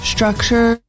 Structure